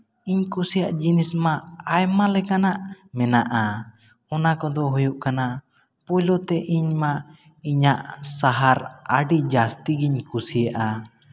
ᱤᱧ ᱠᱩᱥᱤᱭᱟᱜ ᱡᱤᱱᱤᱥ ᱢᱟ ᱟᱭᱢᱟ ᱞᱮᱠᱟᱱᱟᱜ ᱢᱮᱱᱟᱜᱼᱟ ᱚᱱᱟ ᱠᱚᱫᱚ ᱦᱩᱭᱩᱜ ᱠᱟᱱᱟ ᱯᱳᱭᱞᱳ ᱛᱮ ᱤᱧᱢᱟ ᱤᱧᱟᱹᱜ ᱥᱟᱦᱟᱨ ᱟᱹᱰᱤ ᱡᱟᱹᱥᱛᱤ ᱜᱤᱧ ᱠᱩᱥᱤᱭᱟᱜᱼᱟ